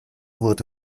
wurde